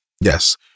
Yes